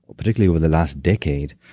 particularly over the last decade,